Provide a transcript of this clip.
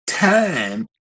time